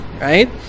right